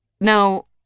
No